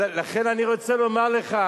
לכן אני רוצה לומר לך,